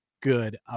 good